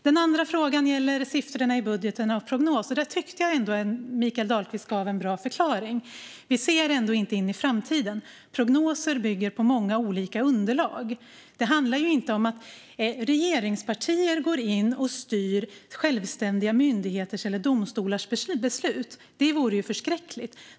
Den andra frågan gäller siffrorna i budgeten och prognosen. Där tycker jag att Mikael Dahlqvist gav en bra förklaring. Vi ser ändå inte in i framtiden. Prognoser bygger på många olika underlag. Det handlar inte om att regeringspartier ska gå in och styra självständiga myndigheters eller domstolars beslut. Det vore ju förskräckligt.